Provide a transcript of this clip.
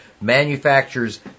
manufactures